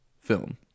film